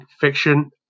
fiction